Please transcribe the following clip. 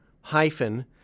hyphen